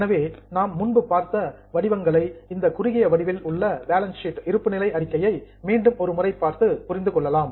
எனவே நாம் முன்பு பார்த்த ஃபார்மேட்ஸ் வடிவங்களை இந்த குறுகிய வடிவில் உள்ள பேலன்ஸ் ஷீட் இருப்பு நிலை அறிக்கையை மீண்டும் ஒருமுறை பார்த்து புரிந்து கொள்ளலாம்